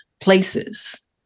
places